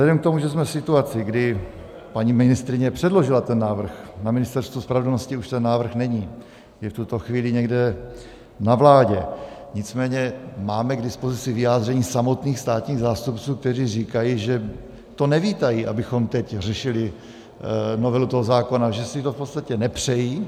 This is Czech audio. Vzhledem k tomu, že jsme v situaci, kdy paní ministryně předložila ten návrh, na Ministerstvu spravedlnosti už ten návrh není, je v tuto chvíli někde na vládě, nicméně máme k dispozici vyjádření samotných státních zástupců, kteří říkají, že to nevítají, abychom teď řešili novelu toho zákona, že si to v podstatě nepřejí.